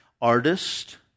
artist